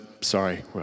sorry